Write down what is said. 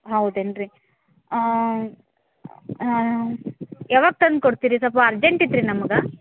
ಹೌದೇನು ರೀ ಯಾವಾಗ ತಂದ್ಕೊಡ್ತೀರಿ ಸ್ವಲ್ಪ ಅರ್ಜೆಂಟ್ ಇತ್ರಿ ನಮ್ಗೆ